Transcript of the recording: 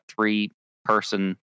three-person